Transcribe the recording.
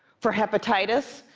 for hepatitis,